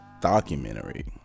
documentary